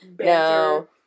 no